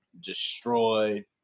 destroyed